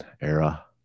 era